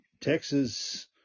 Texas